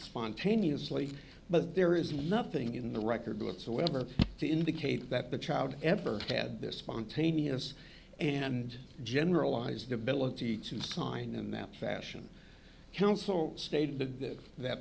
spontaneously but there is nothing in the record whatsoever to indicate that the child ever had this spontaneous and generalized ability to sign in that fashion council stated to this that